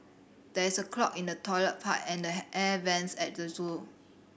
there is a clog in the toilet pipe and the air vents at the zoo